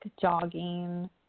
jogging